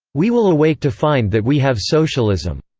we will awake to find that we have socialism.